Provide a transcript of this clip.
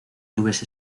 clubes